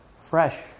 Fresh